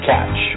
Catch